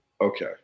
Okay